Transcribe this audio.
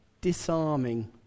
disarming